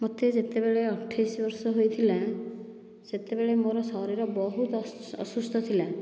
ମୋତେ ଯେତେବେଳେ ଅଠେଇଶ ବର୍ଷ ହୋଇଥିଲା ସେତେବେଳେ ମୋର ଶରୀର ବହୁତ ଅସୁସ୍ଥ ଥିଲା